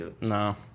No